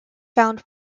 found